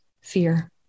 fear